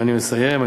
אני מסיים.